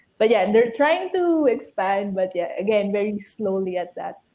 but yeah, and they're trying to expand but yeah again very slowly at that.